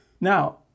Now